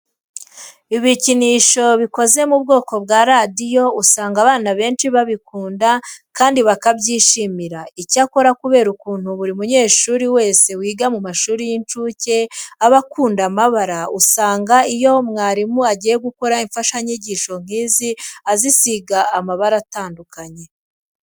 Ibikinisho bikoze mu bwoko bwa radiyo usanga abana benshi babikunda kandi bakabyishimira. Icyakora kubera ukuntu buri munyeshuri wese wiga mu mashuri y'incuke aba akunda amabara, usanga iyo mwarimu agiye gukora imfashanyigisho nk'izi azisiga amabara atandukanye.